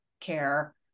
care